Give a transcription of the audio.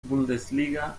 bundesliga